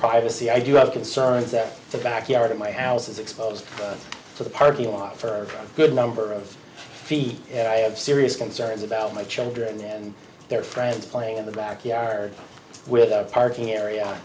privacy i do have concerns that the backyard of my house is exposed to the parking lot for a good number of feet and i have serious concerns about my children and their friends playing in the backyard with our parking